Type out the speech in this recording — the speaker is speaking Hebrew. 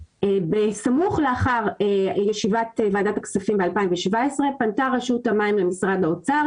בסמוך לאחר ישיבת ועדת הכספים ב-2017 פנתה רשות המים למשרד האוצר